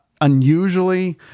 unusually